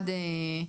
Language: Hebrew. אחד,